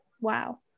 wow